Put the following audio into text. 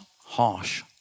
harsh